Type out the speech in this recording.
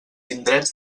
indrets